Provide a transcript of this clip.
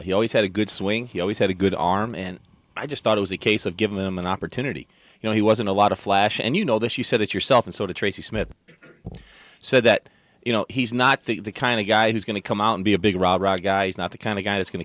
he always had a good swing he always had a good arm and i just thought it was a case of give them an opportunity you know he was in a lot of flash and you know this you said it yourself and so to tracy smith said that you know he's not the kind of guy who's going to come out and be a big guy he's not the kind of guy who's going to